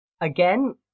Again